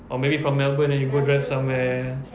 or maybe from melbourne then you go drive somewhere